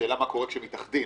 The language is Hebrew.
השאלה מה קורה כשהם מתאחדים.